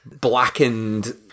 blackened